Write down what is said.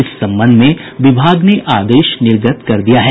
इस संबंध में विभाग ने आदेश निर्गत कर दिया है